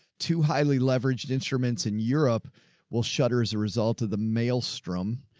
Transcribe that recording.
two highly leveraged instruments in europe will shutter as a result of the maelstrom,